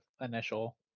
initial